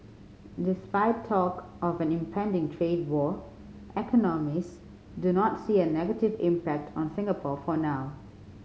despite talk of an impending trade war economists do not see a negative impact on Singapore for now